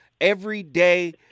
everyday